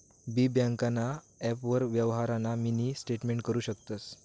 बी ब्यांकना ॲपवरी यवहारना मिनी स्टेटमेंट करु शकतंस